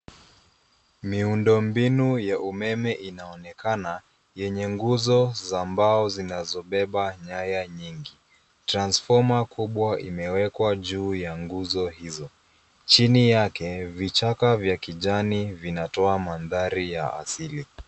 Miundo mbinu ya umeme inaonekana yenye nguzo za mbao zinazo beba nyaya nyingi.[cs ] Transformer[cs ] kubwa imewekwa juu ya nguzo hizo. Chini yake, vichaka vya kijani vinatoa mandhari ya asili.